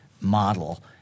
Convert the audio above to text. Model